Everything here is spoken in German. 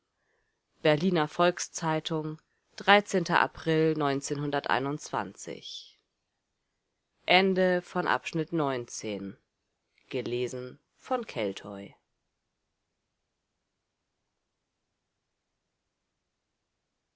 berliner volks-zeitung april